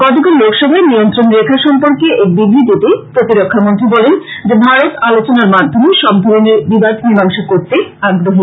গতকাল লোকসভায় নিয়ন্ত্রনরেখা সম্পর্কে এক বিব্বতিতে প্রতিরক্ষামন্ত্রী বলেন যে ভারত আলোচনার মাধ্যমে সবধরনের বিবাদ মিমাংসা করতে আগ্রহী